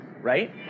right